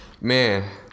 man